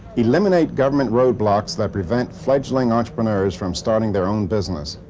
eliminate government roadblocks that prevent fledgling entrepreneurs from starting their own business.